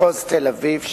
מחוז תל-אביב,